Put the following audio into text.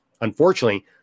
unfortunately